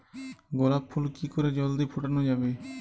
গোলাপ ফুল কি করে জলদি ফোটানো যাবে?